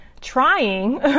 trying